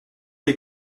les